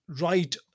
right